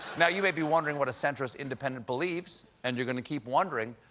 now, you may be wondering what a centrist independent believes. and you're going to keep wondering,